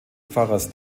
pfarrers